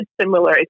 similar